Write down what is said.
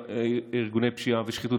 ארגוני פשיעה ושחיתות,